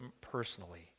personally